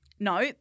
No